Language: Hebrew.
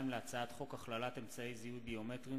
2 להצעת חוק הכללת אמצעי זיהוי ביומטריים